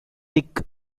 thick